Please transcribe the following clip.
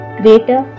greater